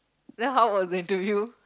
then how was the interview